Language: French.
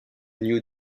new